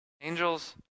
Angels